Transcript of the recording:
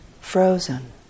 frozen